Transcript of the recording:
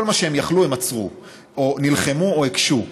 כל מה שהם יכלו הם עצרו או נלחמו או הקשו.